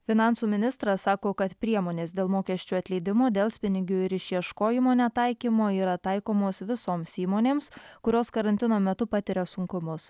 finansų ministras sako kad priemonės dėl mokesčių atleidimo delspinigių ir išieškojimo netaikymo yra taikomos visoms įmonėms kurios karantino metu patiria sunkumus